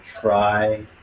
try